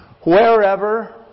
wherever